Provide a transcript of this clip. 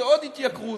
זאת עוד התייקרות.